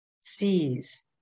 sees